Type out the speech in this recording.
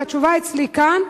והתשובה אצלי כאן,